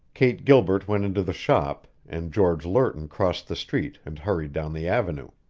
kate gilbert went into the shop, and george lerton crossed the street and hurried down the avenue.